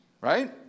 Right